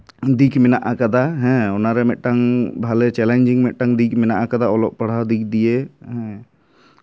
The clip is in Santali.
ᱫᱤᱠ ᱢᱮᱱᱟᱜ ᱠᱟᱫᱟ ᱦᱮᱸ ᱚᱱᱟᱨᱮ ᱢᱤᱫᱴᱟᱝ ᱵᱷᱟᱞᱮ ᱪᱮᱞᱮᱧᱡᱤᱝ ᱢᱤᱫᱴᱟᱝ ᱵᱷᱟᱞᱮ ᱫᱤᱠ ᱢᱮᱱᱟᱜ ᱟᱠᱟᱫᱟ ᱚᱞᱚᱜ ᱯᱟᱲᱦᱟᱜ ᱫᱤᱠ ᱫᱤᱭᱮ ᱦᱮᱸ